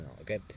okay